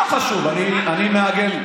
לא חשוב, אני מעגל.